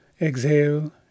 Exhale